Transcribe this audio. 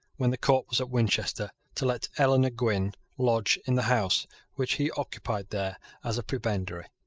when the court was at winchester, to let eleanor gwynn lodge in the house which he occupied there as a prebendary.